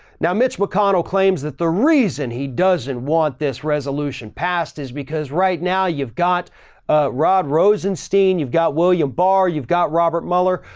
now, mitch mcconnell claims that the reason he doesn't want this resolution passed is because right now you've got a rod rosenstein, you've got william bar, you've got robert mueller,